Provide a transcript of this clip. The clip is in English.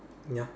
ya